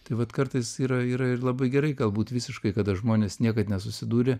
tai vat kartais yra yra ir labai gerai galbūt visiškai kada žmonės niekad nesusidūrę